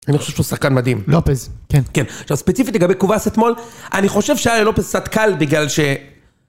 אני חושב שהוא שחקן מדהים. לופז, כן. כן, עכשיו ספציפית לגבי קובס אתמול, אני חושב שהיה ללופז קצת קל, בגלל ש...